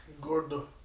Gordo